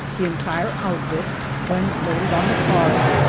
the entire outfit when loaded on the cars,